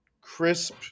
crisp